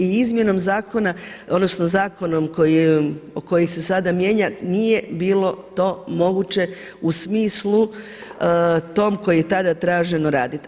I izmjenom zakona, odnosno zakonom koji je, koji se sada mijenja nije bilo to moguće u smislu tom kome je tada traženo raditi.